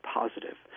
positive